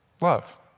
love